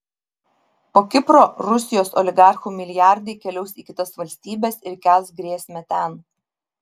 po kipro rusijos oligarchų milijardai keliaus į kitas valstybes ir kels grėsmę ten